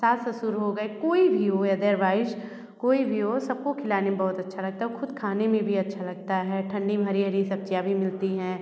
सास ससुर हो गए कोई भी हो अदरवाइज कोई भी हो सब को खिलाने में बहुत अच्छा लगता है और ख़ुड़ खाने में भी अच्छा लगता है ठंडी में हरी हरी सब्ज़ियाँ भी मिलती हैं